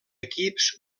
equips